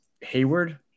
Hayward